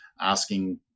asking